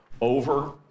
over